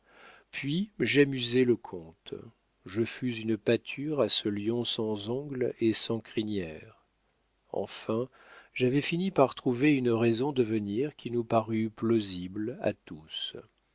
puis j'amusais le comte je fus une pâture à ce lion sans ongles et sans crinière enfin j'avais fini par trouver une raison de venir qui nous parut plausible à tous